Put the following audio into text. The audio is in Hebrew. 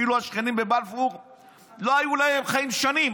כאילו השכנים בבלפור לא היו להם חיים שנים,